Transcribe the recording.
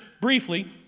briefly